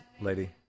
lady